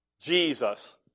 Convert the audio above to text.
Jesus